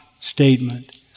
statement